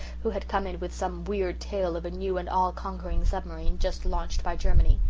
who had come in with some weird tale of a new and all-conquering submarine, just launched by germany.